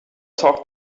talk